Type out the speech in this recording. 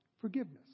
forgiveness